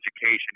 education